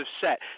set